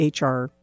HR